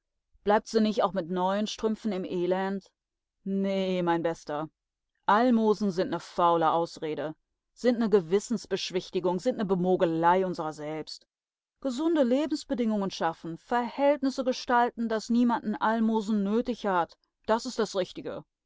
sie nich auch mit neuen strümpfen im elend nee mein bester almosen sind ne faule ausrede sind ne gewissensbeschwichtigung sind ne bemogelei unserer selbst gesunde lebensbedingungen schaffen verhältnisse gestalten daß niemand n almosen nötig hat das is das richtige